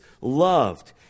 loved